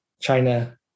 China